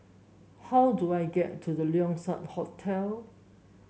how do I get to The Keong Saik Hotel